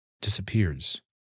disappears